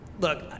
look